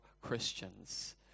Christians